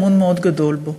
אמון מאוד גדול בו.